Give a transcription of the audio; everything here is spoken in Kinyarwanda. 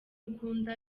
ukunda